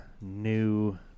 New